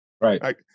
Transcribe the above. Right